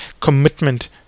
commitment